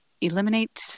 eliminate